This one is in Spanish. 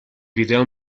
video